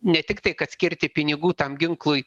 ne tiktai kad skirti pinigų tam ginklui